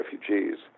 refugees